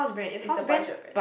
it's the budget bread